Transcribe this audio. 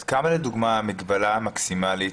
אז כמה לדוגמה המגבלה המקסימלית?